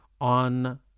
on